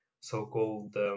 so-called